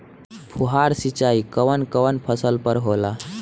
फुहार सिंचाई कवन कवन फ़सल पर होला?